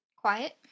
quiet